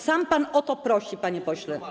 Sam pan o to prosi, panie pośle.